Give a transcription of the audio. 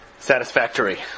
satisfactory